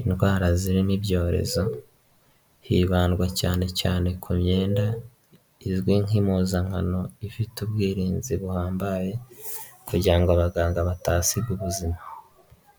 indwara zirimo ibyorezo, hibandwa cyane cyane ku myenda izwi nk'impuzankano ifite ubwirinzi buhambaye, kugira ngo abaganga batasiga ubuzima.